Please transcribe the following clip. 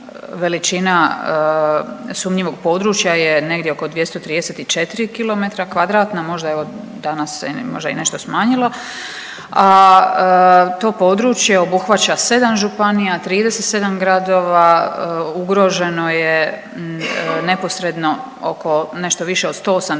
veličina sumnjivog područja je negdje oko 234 km2, možda evo danas se možda i nešto smanjilo, a to područje obuhvaća 7 županija, 37 gradova, ugroženo je neposredno oko, nešto više od 180